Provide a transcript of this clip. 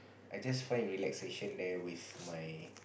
I just find relaxation there with my